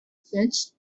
fetched